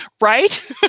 Right